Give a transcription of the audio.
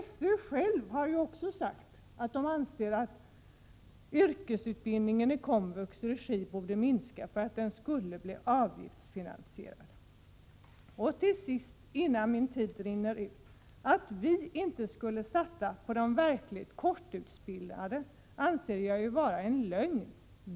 SÖ självt har ju sagt att man anser att yrkesutbildningen i komvux regi borde minska så att den kan bli avgiftsfinansierad. Till sist, innan min taletid rinner ut: Att vi inte skulle satsa på de verkligt korttidsutbildade anser jag vara en lögn.